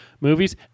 movies